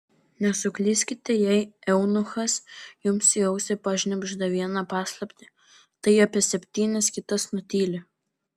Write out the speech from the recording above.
nesuklyskite jei eunuchas jums į ausį pašnibžda vieną paslaptį tai apie septynias kitas nutyli